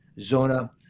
zona